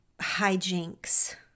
hijinks